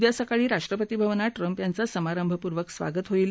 उद्या सकाळी राष्ट्रपती भवनात ट्रम्प यांचं समारंभपूर्वक स्वागत होईल